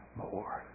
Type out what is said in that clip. more